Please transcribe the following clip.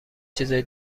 چیزای